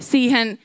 Siihen